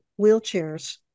wheelchairs